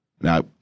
Now